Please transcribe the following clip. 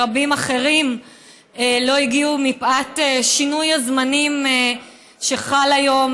רבים אחרים לא הגיעו מפאת שינוי הזמנים שחל היום.